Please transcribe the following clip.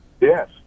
Yes